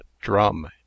drum